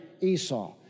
Esau